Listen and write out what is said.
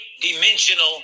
dimensional